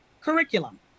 curriculum